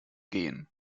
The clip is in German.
gehen